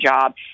job